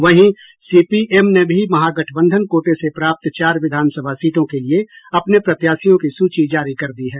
वहीं सीपीएम ने भी महागठबंधन कोटे से प्राप्त चार विधानसभा सीटों के लिए अपने प्रत्याशियों की सूची जारी कर दी है